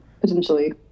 Potentially